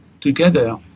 together